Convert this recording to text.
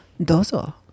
Dozo